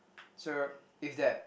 so if that